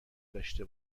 داشته